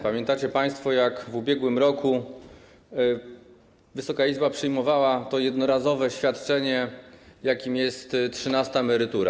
Pamiętacie państwo, jak w ubiegłym roku Wysoka Izba przyjmowała to jednorazowe świadczenie, jakim jest trzynasta emerytura.